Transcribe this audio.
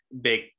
big